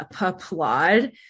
applaud